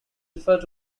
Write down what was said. referred